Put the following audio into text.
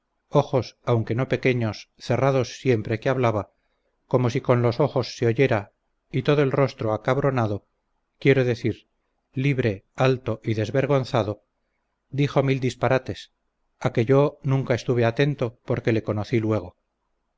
ojos aunque no pequeños cerrados siempre que hablaba como si con los ojos se oyera y todo el rostro acabronado quiero decir libre alto y desvergonzado dijo mil disparates a que yo nunca estuve atento porque le conocí luego